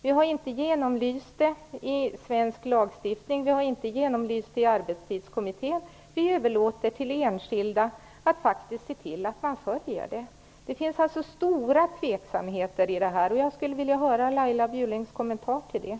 Vi har inte genomlyst detta i svensk lagstiftning och inte heller i Arbetstidskommittén. Vi överlåter till enskilda att se till att direktivet följs. Det finns alltså stora tveksamheter, och jag skulle vilja höra Laila Bjurlings kommentar till dessa.